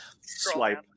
swipe